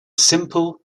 simple